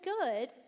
good